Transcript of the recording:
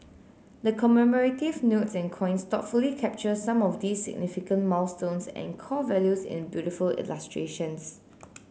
the commemorative notes and coins thoughtfully capture some of these significant milestones and core values in beautiful illustrations